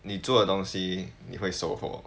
你做的东西你会收获